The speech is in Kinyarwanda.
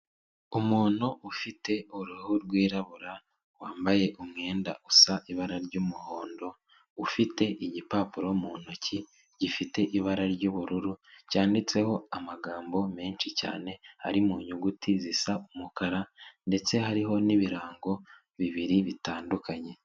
Umuntu ufite uruhu rwirabura wambaye umwenda usa ibara ry'umuhondo, ufite igipapuro mu ntoki gifite ibara ry'ubururu cyanditseho amagambo menshi cyane ari mu nyuguti zisa umukara ndetse hariho n'ibirango bibiri bitandukanye.